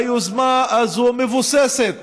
היוזמה הזאת מבוססת